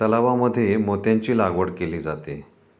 तलावांमध्ये मोत्यांची लागवड केली जाते